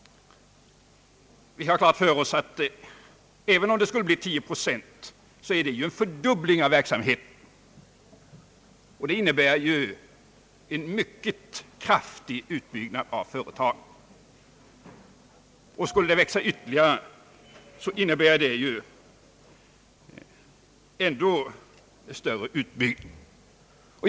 Vi har klart för oss att om det skulle bli 10 procent, så innebär det en fördubbling av verksamheten och en mycket kraftig utbyggnad av företaget. Skulle det växa ytterligare så innebär det ju en ändå större utbyggnad.